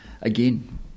Again